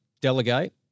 delegate